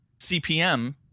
CPM